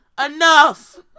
enough